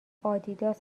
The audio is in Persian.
آدیداس